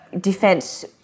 defense